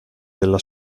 della